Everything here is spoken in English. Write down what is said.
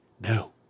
No